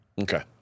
Okay